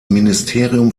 ministerium